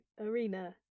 arena